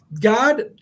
God